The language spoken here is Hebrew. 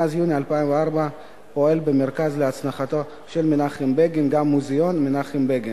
מאז יוני 2004 פועל במרכז להנצחתו של מנחם בגין גם מוזיאון מנחם בגין,